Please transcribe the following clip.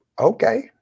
okay